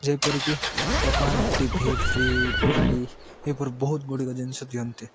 ଯେପରିକି ଲୋକମାନେ T V fridge ଗାଡ଼ି ଏପରି ବହୁତ ଗୁଡ଼ିକ ଜିନିଷ ଦିଅନ୍ତି